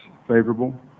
favorable